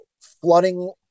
flooding